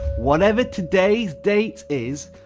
whatever today's date is,